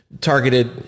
targeted